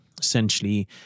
essentially